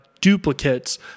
duplicates